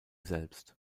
selbst